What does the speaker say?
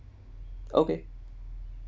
okay